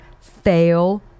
fail